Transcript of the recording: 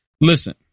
Listen